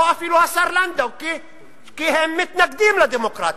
או אפילו השר לנדאו, כי הם מתנגדים לדמוקרטיה,